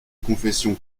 confession